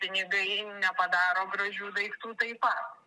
pinigai nepadaro gražių daiktų taip pat